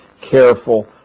careful